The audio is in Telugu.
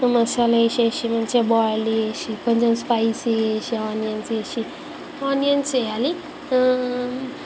మసాలేసేసి మంచిగా బాయిల్డ్ చేసి కొంచెం స్పైసీ చేసి ఆనియన్స్ వేసి ఆనియన్స్ వేయాలి